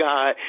God